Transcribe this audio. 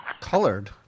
Colored